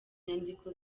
nyandiko